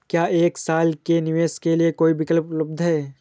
क्या एक साल के निवेश के लिए कोई विकल्प उपलब्ध है?